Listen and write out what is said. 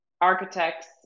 architects